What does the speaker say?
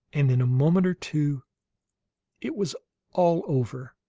and in a moment or two it was all over.